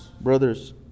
Brothers